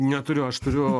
neturiu aš turiu